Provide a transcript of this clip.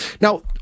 Now